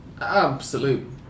absolute